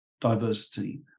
diversity